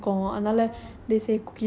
what other pets you like